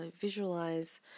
visualize